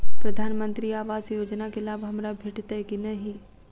प्रधानमंत्री आवास योजना केँ लाभ हमरा भेटतय की नहि?